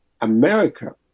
America